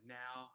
now